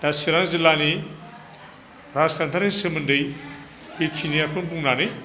दा सिरां जिल्लानि राजखान्थियारिनि सोमोन्दोयै बेखिनिखौनो बुंनानै